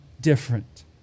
different